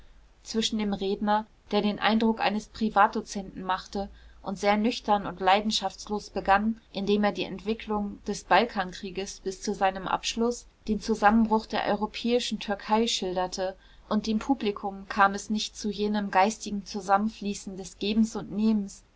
zwischen dem redner der den eindruck eines privatdozenten machte und sehr nüchtern und leidenschaftslos begann indem er die entwicklung des balkankrieges bis zu seinem abschluß dem zusammenbruch der europäischen türkei schilderte und dem publikum kam es nicht zu jenem geistigen zusammenfließen des gebens und nehmens